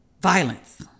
violence